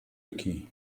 aqui